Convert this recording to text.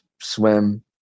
swim